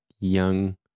young